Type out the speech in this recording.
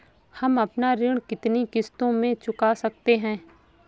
हम अपना ऋण कितनी किश्तों में चुका सकते हैं?